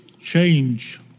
change